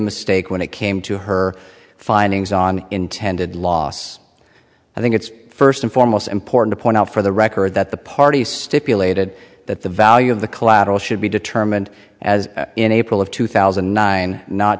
mistake when it came to her findings on intended loss i think it's first and foremost important to point out for the record that the party stipulated that the value of the collateral should be determined as in april of two thousand